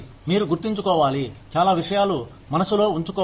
మీరు గుర్తించుకోవాలి చాలా విషయాలు మనసులో ఉంచుకోవాలి